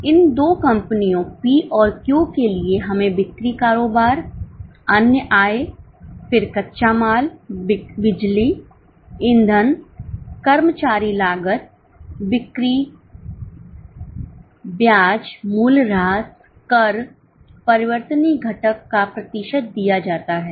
तो इन दो कंपनियों P और Q के लिए हमें बिक्री कारोबार अन्य आय फिर कच्चा माल बिजली ईंधन कर्मचारी लागत बिक्री ब्याज मूल्यह्रास कर परिवर्तनीय घटक का प्रतिशत दिया जाता है